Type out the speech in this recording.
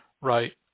Right